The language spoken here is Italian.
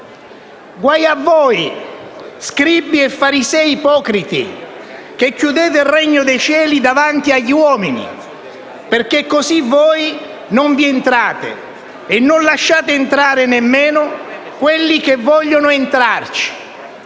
«Guai a voi, scribi e farisei ipocriti, che chiudete il regno dei cieli davanti agli uomini; perché così voi non vi entrate, e non lasciate entrare nemmeno quelli che vogliono entrarci.